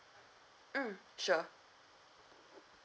mm sure